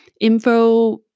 info